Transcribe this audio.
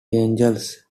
eagles